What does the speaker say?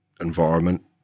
environment